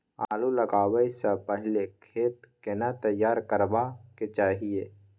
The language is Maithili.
आलू लगाबै स पहिले खेत केना तैयार करबा के चाहय?